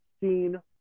seen